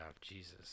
Jesus